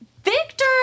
Victor